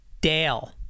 Dale